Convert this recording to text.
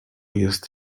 jest